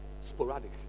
Sporadic